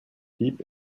keep